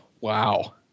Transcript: wow